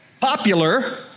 popular